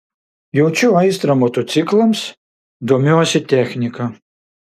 jaučiu aistrą motociklams domiuosi technika